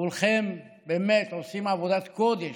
כולכם באמת עושים עבודת קודש,